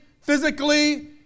physically